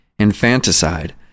infanticide